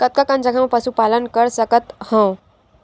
कतका कन जगह म पशु पालन कर सकत हव?